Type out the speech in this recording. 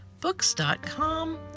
books.com